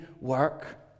work